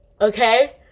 Okay